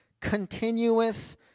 continuous